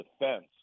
defense